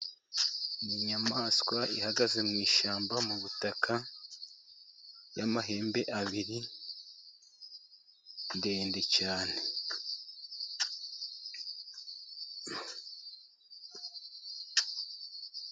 Ni inyamaswa ihagaze mu ishyamba, mu butaka y'amahembe abiri, ndende cyane.